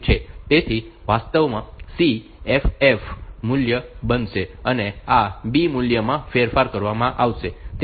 તેથી વાસ્તવમાં C મૂલ્ય FF બનશે અને આ B મૂલ્યમાં ફેરફાર કરવામાં આવશે